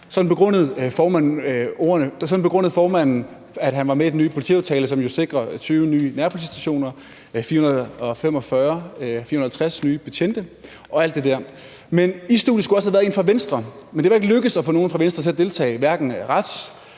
Sådan begrundede formanden, at han var med i den nye politiaftale, som jo sikrer 20 nye nærpolitistationer og 450 nye betjente og alt det der. I studiet skulle også have været en fra Venstre, men det var ikke lykkedes at få nogen fra Venstre til at deltage, hverken